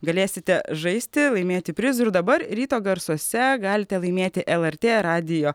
galėsite žaisti laimėti prizų ir dabar ryto garsuose galite laimėti lrt radijo